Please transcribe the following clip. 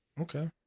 Okay